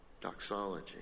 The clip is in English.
Doxology